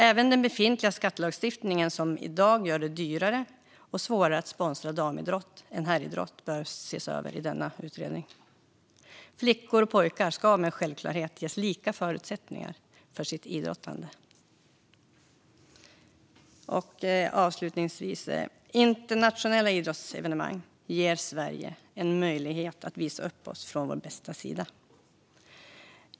Även den befintliga skattelagstiftningen, som i dag gör det dyrare och svårare att sponsra damidrott än herridrott, bör ses över i utredningen. Flickor och pojkar ska med självklarhet ges lika förutsättningar för sitt idrottande. Avslutningsvis ger internationella idrottsevenemang Sverige en möjlighet att visa upp oss från vår bästa sida.